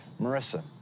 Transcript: Marissa